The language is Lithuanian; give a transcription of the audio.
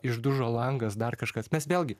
išdužo langas dar kažkas mes vėlgi